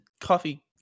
Coffee